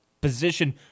position